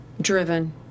Driven